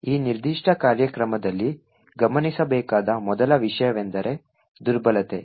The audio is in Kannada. ಈ ನಿರ್ದಿಷ್ಟ ಕಾರ್ಯಕ್ರಮದಲ್ಲಿ ಗಮನಿಸಬೇಕಾದ ಮೊದಲ ವಿಷಯವೆಂದರೆ ದುರ್ಬಲತೆ